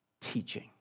Teaching